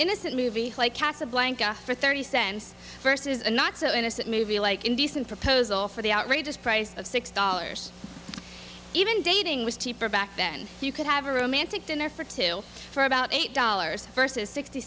innocent movie like casablanca for thirty cents versus a not so innocent movie like indecent proposal for the outrageous price of six dollars even dating was cheaper back then you could have a romantic dinner for two for about eight dollars versus sixty